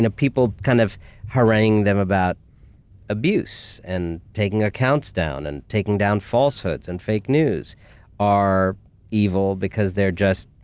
and people kind of haranguing them about abuse, and taking accounts down, and taking down falsehoods and fake news are evil, because they're just.